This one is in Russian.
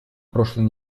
прошлой